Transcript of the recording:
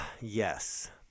yes